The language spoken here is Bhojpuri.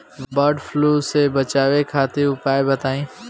वड फ्लू से बचाव खातिर उपाय बताई?